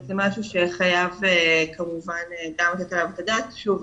וזה משהו שחייבים כמובן גם עליו לתת את הדעת ושוב,